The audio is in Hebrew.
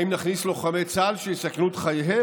האם נכניס לוחמי צה"ל שיסכנו את חייהם?